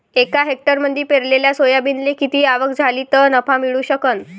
एका हेक्टरमंदी पेरलेल्या सोयाबीनले किती आवक झाली तं नफा मिळू शकन?